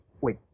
wait